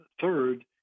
third